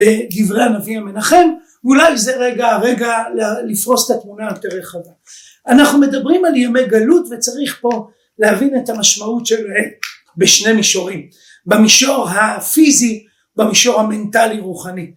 בדברי הנביא המנחם, אולי זה רגע לפרוס את התמונה היותר רחבה. אנחנו מדברים על ימי גלות וצריך פה להבין את המשמעות שלהם בשני מישורים, במישור הפיזי, במישור המנטלי רוחני.